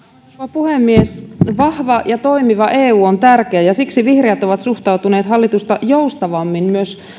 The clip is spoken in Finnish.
puhemies vahva ja toimiva eu on tärkeä ja siksi vihreät ovat suhtautuneet hallitusta joustavammin myös